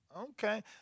okay